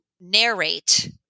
narrate